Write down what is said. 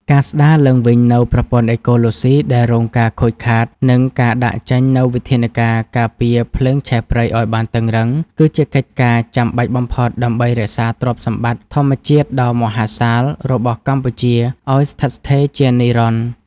ការស្ដារឡើងវិញនូវប្រព័ន្ធអេកូឡូស៊ីដែលរងការខូចខាត និងការដាក់ចេញនូវវិធានការការពារភ្លើងឆេះព្រៃឱ្យបានតឹងរ៉ឹង គឺជាកិច្ចការចាំបាច់បំផុតដើម្បីរក្សាទ្រព្យសម្បត្តិធម្មជាតិដ៏មហាសាលរបស់កម្ពុជាឱ្យស្ថិតស្ថេរជានិរន្តរ៍។